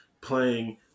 playing